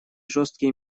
жесткие